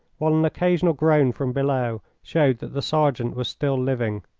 while an occasional groan from below showed that the sergeant was still living.